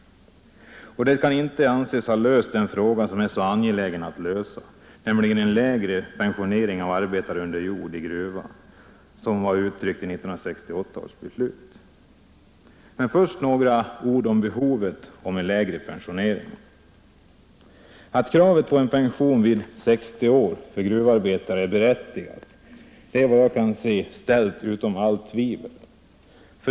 Den kan inte anses ha löst den fråga som är så angelägen att lösa, nämligen en tidigare pensionering av arbetare under jord i gruva som var uttryckt i 1968 års beslut. Men först några ord om behovet av en tidigare pensionering. Att kravet på en pension vid 60 år för gruvarbetare är berättigat var kanske ställt utom allt tvivel.